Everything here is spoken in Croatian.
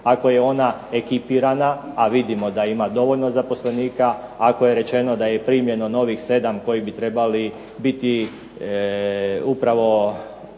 ako je ona ekipirana a vidimo da ima dovoljno zaposlenika, ako je rečeno da je primljeno novih 7 koji bi trebali biti upravo